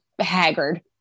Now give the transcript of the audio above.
haggard